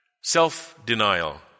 self-denial